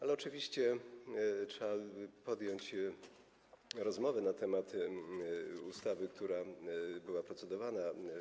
Ale oczywiście trzeba podjąć rozmowę na temat ustawy, która była procedowana.